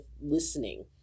listening